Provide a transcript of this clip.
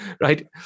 right